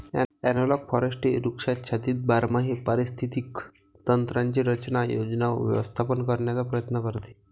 analogue forestry वृक्षाच्छादित बारमाही पारिस्थितिक तंत्रांची रचना, योजना व व्यवस्थापन करण्याचा प्रयत्न करते